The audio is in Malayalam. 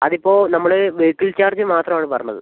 അതിപ്പോൾ നമ്മൾ വെഹിക്കിൾ ചാർജ് മാത്രമാണ് പറഞ്ഞത്